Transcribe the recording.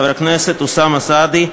חבר הכנסת אוסאמה סעדי,